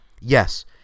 Yes